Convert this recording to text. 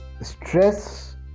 stress